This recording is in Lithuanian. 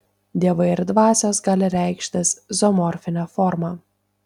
dievai ir dvasios gali reikštis zoomorfine forma